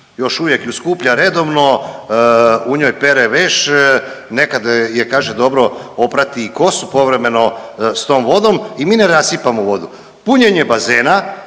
još uvijek ju skuplja redovno. U njoj pere veš. Nekad je kaže dobro oprati i kosu povremeno sa tom vodom i mi ne rasipamo vodu. Punjenje bazena